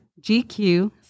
GQ